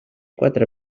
quatre